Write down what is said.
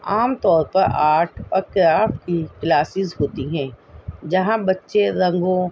عام طور پر آرٹ اور کرافٹ کی کلاسیز ہوتی ہیں جہاں بچے رنگوں